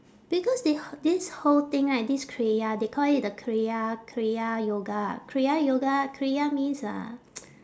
because th~ this whole thing right this kriya they call it the kriya kriya yoga kriya yoga kriya means uh